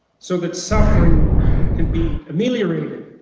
so that suffering can be ameliorated,